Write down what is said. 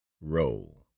row